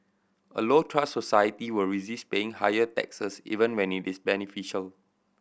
a low trust society will resist paying higher taxes even when it is beneficial